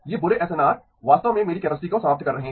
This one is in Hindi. ये बुरे एसएनआर वास्तव में मेरी कैपेसिटी को समाप्त कर रहे हैं